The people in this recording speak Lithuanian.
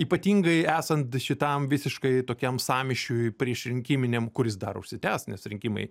ypatingai esant šitam visiškai tokiam sąmyšiui priešrinkiminiam kuris dar užsitęs nes rinkimai